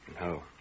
No